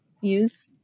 use